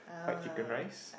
white chicken rice